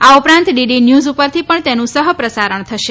આ ઉપરાંત DD news પરથી પણ તેનું સહ પ્રસારણ થશે